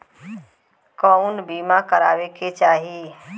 कउन बीमा करावें के चाही?